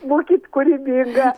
būkit kūrybinga